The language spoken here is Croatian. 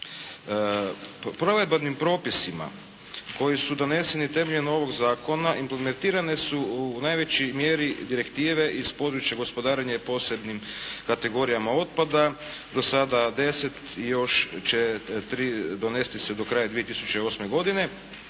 Provedbenim propisima koji su doneseni temeljem ovog zakona implementirane su u najvećoj mjeri direktive iz područja gospodarenja i posebnim kategorijama otpada, do sada 10 i još će 3 donesti se do kraja 2008. godine,